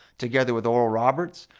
together with oral roberts,